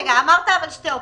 אמרת שתי אופציות.